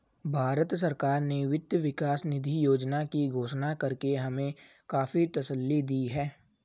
भारत सरकार ने वित्त विकास निधि योजना की घोषणा करके हमें काफी तसल्ली दी है